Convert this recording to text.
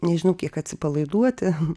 nežinau kiek atsipalaiduoti